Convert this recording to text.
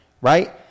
right